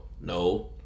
No